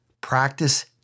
practice